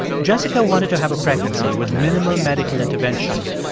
jessica wanted to have a pregnancy with minimal medical intervention,